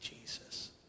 Jesus